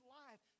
life